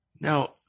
Now